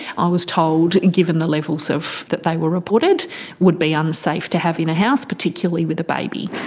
i was told given the levels of. that they were reported would be unsafe to have in a house, particularly with a baby.